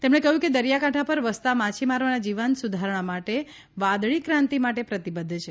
તેમણે કહ્યું કે દરિયાકાંઠા પર વસતા માછીમારોના જીવન સુધારણા માટે વાદળી ક્રાંતિ માટે પ્રતિબદ્ધ છે